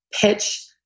pitch